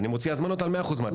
אני מוציא אותן על 100% מהתקציב.